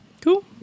Cool